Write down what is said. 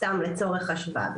סתם לצורך הדוגמה.